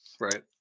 Right